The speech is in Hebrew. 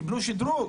קיבלו שדרוג.